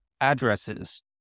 addresses